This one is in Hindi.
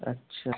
अच्छा